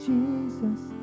Jesus